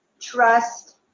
trust